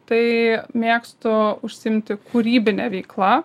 tai mėgstu užsiimti kūrybine veikla